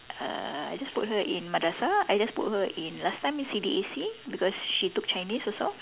uh I just put her in madrasah I just put her in last time C_D_A_C because she took Chinese also